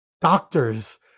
doctors